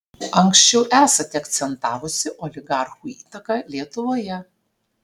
anksčiau esate akcentavusi oligarchų įtaką lietuvoje